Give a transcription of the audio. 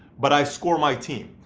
but i score my team.